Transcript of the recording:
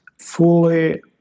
fully